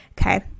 Okay